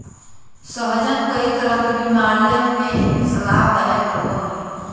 सहजन कई तरह के बीमारियन में लाभदायक होबा हई